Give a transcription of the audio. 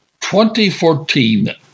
2014